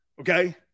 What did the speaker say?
Okay